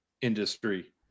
industry